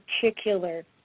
particular